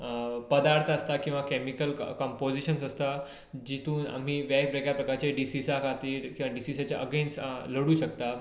पदार्थ आसात किंवा कॅमिकल कपोजिशन आसता जीतुन आमी वेगवेगळे प्रकारचे डिसिसा खातीर किंवा डिसिसाचे अगेनस्ट लडू शकता